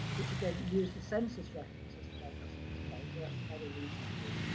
which, again, use the census references that i've just explained. so, that's another reason for